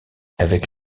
avec